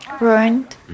ruined